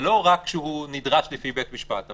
זה לא רק שהוא נדרש לפי בית משפט.